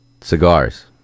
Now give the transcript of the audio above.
cigars